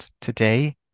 Today